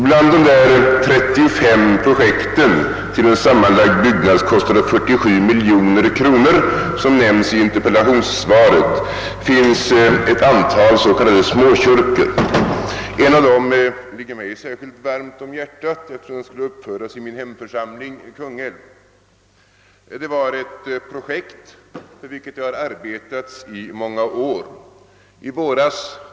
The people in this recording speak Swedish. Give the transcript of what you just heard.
Bland de 35 projekt till en sammanlagd byggnadskostnad av 47 miljoner kronor, som nämns i interpellationssvaret, finns ett antal s.k. småkyrkor. En av dem ligger mig särskilt varmt om hjärtat, eftersom den skulle uppföras i min hemförsamling Kungälv. Man har arbetat med detta projekt i många år.